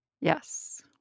Yes